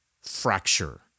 fracture